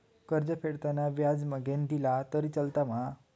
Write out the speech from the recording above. कर्ज फेडताना व्याज मगेन दिला तरी चलात मा?